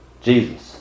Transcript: Jesus